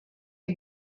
are